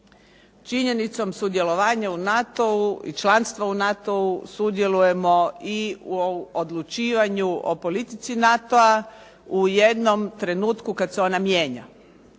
Činjenicom sudjelovanja u NATO-u i članstva u NATO-u sudjelujemo i u odlučivanju o politici NATO-a u jednom trenutku kada se ona mijenja